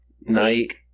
night